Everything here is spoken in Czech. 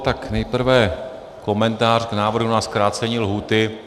Tak nejprve komentář k návrhu na zkrácení lhůty.